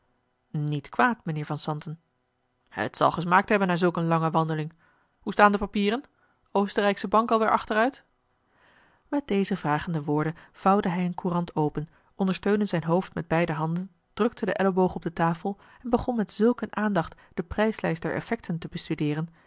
niet kwaad mijnheer van zanten het zal gesmaakt hebben na zulk een lange wandeling hoe staan de papieren oostenrijksche bank alweer achteruit met deze vragende woorden vouwden hij een courant open ondersteunde zijn hoofd met beide handen drukte de ellebogen op de tafel en begon met zulk een aandacht de prijslijst der effecten te bestudeeren